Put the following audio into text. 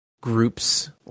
groups